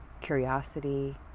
curiosity